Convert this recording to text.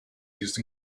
used